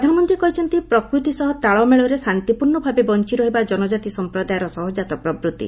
ପ୍ରଧାନମନ୍ତ୍ରୀ କହିଛନ୍ତି ପ୍ରକୃତି ସହ ତାଳମେଳରେ ଶାନ୍ତିପୂର୍ଣ୍ଣଭାବେ ବଞ୍ଚରହିବା ଜନକାତି ସମ୍ପ୍ରଦାୟର ସହଜାତ ପ୍ରବୃତ୍ତି